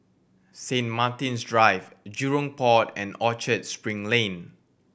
Saint Martin's Drive Jurong Port and Orchard Spring Lane